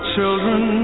children